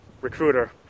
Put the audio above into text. recruiter